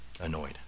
annoyed